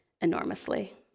enormously